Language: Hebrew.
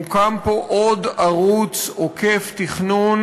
מוקם פה עוד ערוץ עוקף תכנון,